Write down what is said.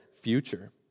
future